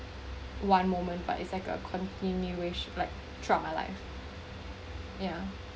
a continuation like throughout my life yeah